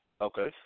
Okay